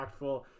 impactful